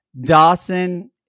Dawson